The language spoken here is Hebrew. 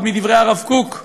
עוד בדברי הרב קוק: